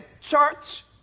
church